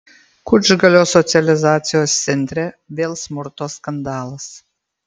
kučgalio socializacijos centre vėl smurto skandalas